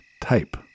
type